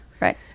Right